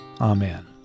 Amen